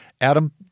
Adam